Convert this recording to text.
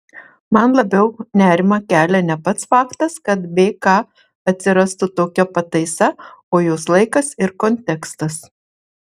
man labiau nerimą kelia ne pats faktas kad bk atsirastų tokia pataisa o jos laikas ir kontekstas